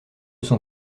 son